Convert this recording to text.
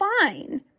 fine